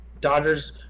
Dodgers